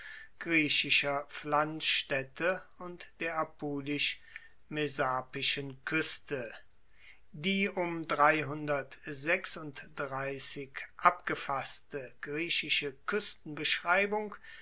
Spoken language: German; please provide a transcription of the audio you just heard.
griechischer pflanzstaedte und der apulisch messapischen kueste die um abgefasste griechische